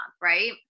right